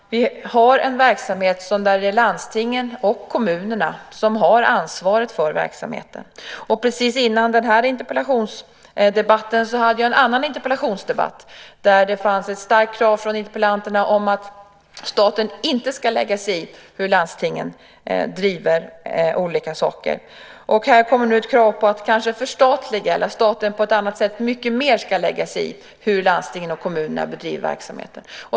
Vi har en verksamhet där det är landstingen och kommunerna som har ansvaret. Precis innan den här interpellationsdebatten hade jag en annan interpellationsdebatt där det fanns ett starkt krav från interpellanterna på att staten inte ska lägga sig i hur landstingen driver olika saker. Här kommer nu ett krav på att kanske förstatliga eller att staten på ett annat sätt mycket mer ska lägga sig i hur landstingen och kommunerna bedriver verksamheten.